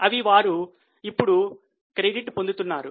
అవి వారు ఇప్పుడు క్రెడిట్ పొందుతున్నారు